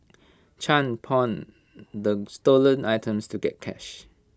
chan pawned the stolen items to get cash